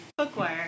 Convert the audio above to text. bookwire